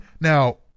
Now